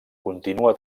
continua